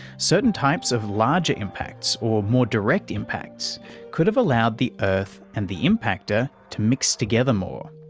certain types of larger impacts or more direct impacts could have allowed the earth and the impactor to mix together more,